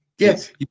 Yes